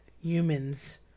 humans